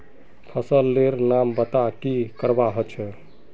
फसल लेर नाम बता की करवा होचे?